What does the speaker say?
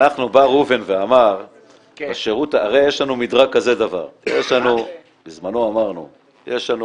הרי יש לנו מדרג, בזמנו אמרנו שיש לנו